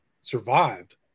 survived